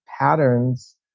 patterns